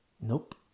Nope